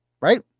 right